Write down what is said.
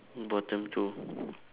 bottom two